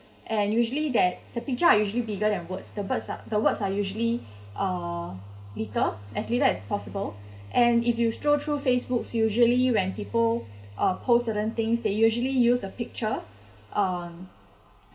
and usually that the picture are usually bigger than words the birds are the words are usually uh little as little as possible and if you scroll through Facebook usually when people uh post certain things they usually use a picture um